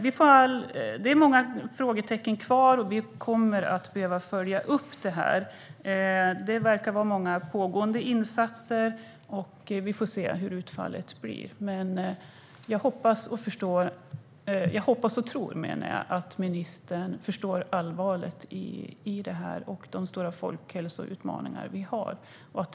Många frågetecken kvarstår, och vi kommer att behöva följa upp detta. Det verkar finnas många pågående insatser. Vi får se hur utfallet blir, men jag hoppas och tror att ministern förstår allvaret i detta och de stora folkhälsoutmaningar som vi står inför.